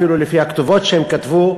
אפילו לפי הכתובות שהם כתבו,